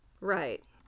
Right